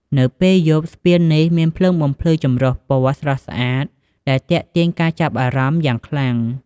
នៅពេលយប់ ស្ពាននេះមានភ្លើងបំភ្លឺចម្រុះពណ៌ស្រស់ស្អាត ដែលទាក់ទាញការចាប់អារម្មណ៍យ៉ាងខ្លាំង។